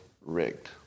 rigged